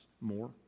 more